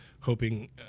hoping